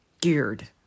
geared